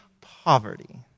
poverty